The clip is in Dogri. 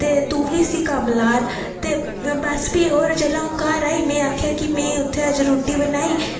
ते तू बी इसी कम्म ला कर बस प्ही होर जेल्लै अं'ऊ घर आई में आखेआ की में अज्ज उत्थें रुट्टी बनाई